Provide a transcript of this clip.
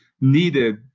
needed